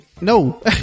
no